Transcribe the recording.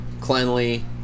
cleanly